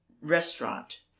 restaurant